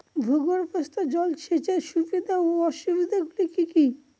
ভূগর্ভস্থ জল সেচের সুবিধা ও অসুবিধা গুলি কি কি?